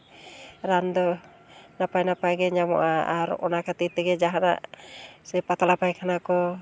ᱨᱟᱱ ᱫᱚ ᱱᱟᱯᱟᱭ ᱱᱟᱯᱟᱭ ᱜᱮ ᱧᱟᱢᱚᱜᱼᱟ ᱟᱨ ᱚᱱᱟ ᱠᱷᱟᱹᱛᱤᱨ ᱛᱮᱜᱮ ᱡᱟᱦᱟᱱᱟᱜ ᱥᱮ ᱯᱟᱛᱞᱟ ᱯᱟᱭᱠᱷᱟᱱᱟ ᱠᱚ